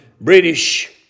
British